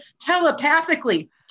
telepathically